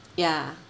ya